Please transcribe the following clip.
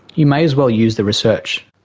you may as well use the research.